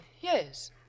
Yes